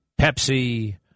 Pepsi